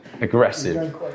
aggressive